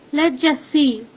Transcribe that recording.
let's just see.